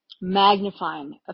magnifying